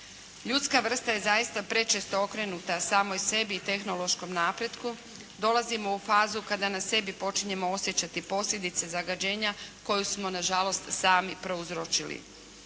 Ljudska vrsta je zaista prečesto okrenuta samoj sebi i tehnološkom napretku. Dolazimo u fazu kada na sebi počinjemo osjećati posljedice zagađenja koju smo na žalost sami prouzročili.